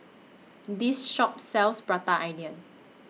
This Shop sells Prata Onion